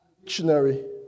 dictionary